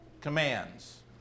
commands